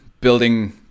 building